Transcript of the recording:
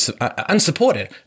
unsupported